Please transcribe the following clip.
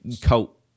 cult